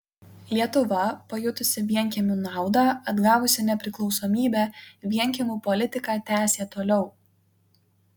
lietuva pajutusi vienkiemių naudą atgavusi nepriklausomybę vienkiemių politiką tęsė toliau